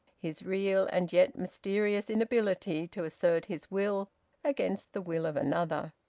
his real and yet mysterious inability to assert his will against the will of another.